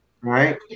Right